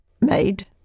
made